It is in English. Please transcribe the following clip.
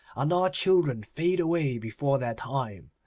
and our children fade away before their time,